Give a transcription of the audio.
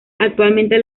actualmente